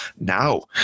now